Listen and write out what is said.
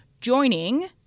joining